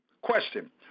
Question